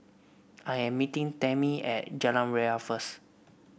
I am meeting Tamie at Jalan Ria first